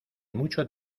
mucho